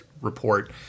report